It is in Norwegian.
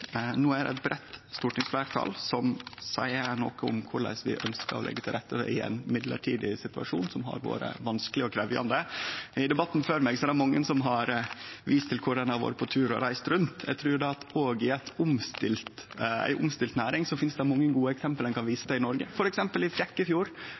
No er det eit breitt stortingsfleirtal som seier noko om korleis vi ønskjer å leggje til rette i ein midlertidig situasjon, som har vore vanskeleg og krevjande. I debatten før meg er det mange som har vist til kvar ein har vore på tur – kvar ein har reist rundt. Eg trur at i ei omstilt næring finst det mange gode eksempel ein kan vise